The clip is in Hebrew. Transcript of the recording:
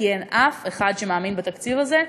כי אין אף אחד שמאמין בתקציב הזה,